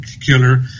killer